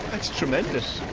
it's tremendous.